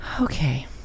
Okay